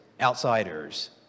outsiders